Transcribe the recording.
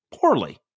Poorly